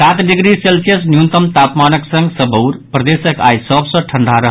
सात degree Celsius न्यूनतम तापमानक संग सबौर प्रदेशक आइ सभ सॅ ठंढ़ा रहल